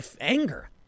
anger